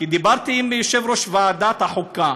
דיברתי עם יושב-ראש ועדת החוקה,